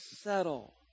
settle